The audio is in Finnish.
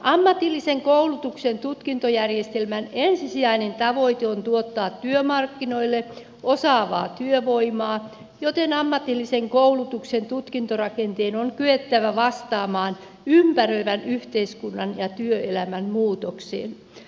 ammatillisen koulutuksen tutkintojärjestelmän ensisijainen tavoite on tuottaa työmarkkinoille osaavaa työvoimaa joten ammatillisen koulutuksen tutkintorakenteen on kyettävä vastaamaan ympäröivän yhteiskunnan ja työelämän muutokseen